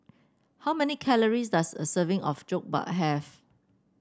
how many calories does a serving of Jokbal have